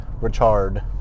Richard